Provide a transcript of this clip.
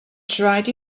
tried